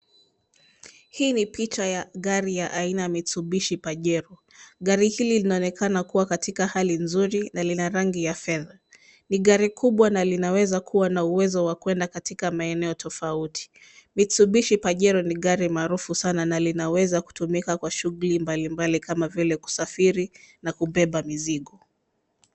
Hii ni picha ya gari ya aina ya Mitsubishi ya gari aina ya Pajero. Gari hili linaonekana kuwa katika hali nzuri na lina rangi ya fedha. Ni gari kubwa na linaweza kuwa na uwezo wa kuenda katika maeneo tofauti. Mitsubishi pajero ni gari maarufu sana na linaweza kutumika kwa shugli mbalimbali kama vile kusafiri na kubeba mizigo.